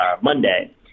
Monday